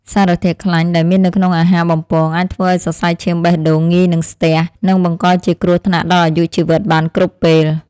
សារធាតុខ្លាញ់ដែលមាននៅក្នុងអាហារបំពងអាចធ្វើឲ្យសរសៃឈាមបេះដូងងាយនឹងស្ទះ និងបង្កជាគ្រោះថ្នាក់ដល់អាយុជីវិតបានគ្រប់ពេល។